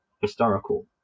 historical